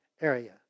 area